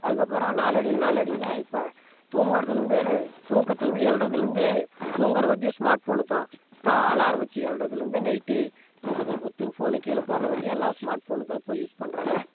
அதுக்கப்புறம் நாளடைவில் நாளடைவில் இப்போ தூங்கறதுலிருந்து லே தூக்கத்துலிருந்து எழுறதிலிந்து தூங்கிற வரையும் ஸ்மார்ட் ஃபோனு தான் ஸ்டா அலாரம் வெச்சு எழுறதிலந்து நைட்டு தூக்கத்தில் பொத்துன்னு ஃபோனை கீழே போடுகிற வரையும் எல்லா ஸ்மார்ட் ஃபோனு தான் இப்போ யூஸ் பண்ணுறாங்க